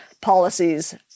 policies